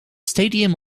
stadium